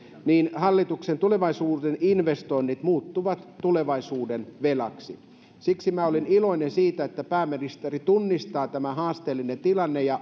niin hallituksen tulevaisuuden investoinnit muuttuvat tulevaisuuden velaksi siksi minä olen iloinen siitä että pääministeri tunnistaa tämän haasteellisen tilanteen ja